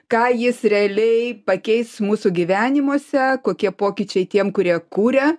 ką jis realiai pakeis mūsų gyvenimuose kokie pokyčiai tiem kurie kūrė